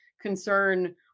concern